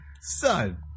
son